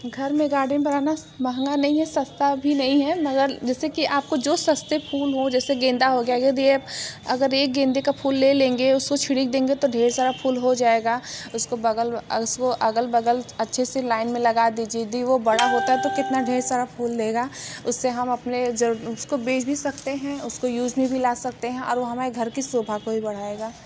घर में गार्डन बनाना महंगा नहीं है सस्ता भी नहीं है मगर जैसे कि आपको जो सस्ते फूल हो जैसे गेंदा हो गया यदि ये अगर एक गेंदे का फूल ले लेंगे उसको छिड़क देंगे तो ढेर सारा फूल हो जाएगा उसकी बग़ल में अगल बग़ल अच्छे से लाइन में लगा दीजिए यदि वो बड़ा होता तो कितना ढेर सारा फुल लगा उससे हम अपने ज़रूर उसको बेच भी सकते हैं उसको यूज़ में भी ला सकते हैं और वो हमारे घर की शोभा को भी बढ़ाएगा